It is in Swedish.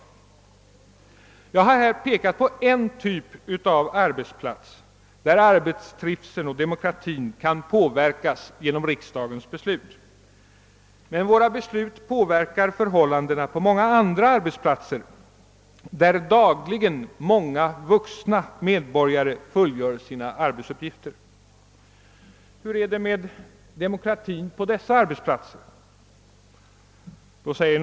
Jag har pekat på en typ av arbetsplats där arbetstrivseln och demokratin kan påverkas genom riksdagens beslut, men våra beslut påverkar förhållandena på åtskilliga andra arbetsplatser, där många vuxna medborgare dagligen fullgör sina arbetsuppgifter. Hur är det med demokratin på dessa arbetsplatser?